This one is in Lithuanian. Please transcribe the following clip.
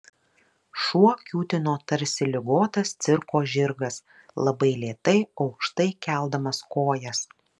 šuo kiūtino tarsi ligotas cirko žirgas labai lėtai aukštai keldamas kojas